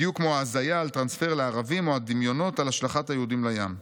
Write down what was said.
בדיוק כמו ההזיה על טרנספר לערבים או הדמיונות על השלכת היהודים לים.